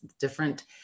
different